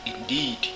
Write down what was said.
Indeed